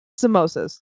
samosas